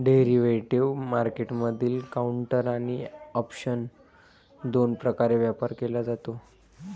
derivative मार्केटमधील counter आणि option दोन प्रकारे व्यापार केला जातो